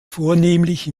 vornehmlich